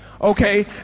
Okay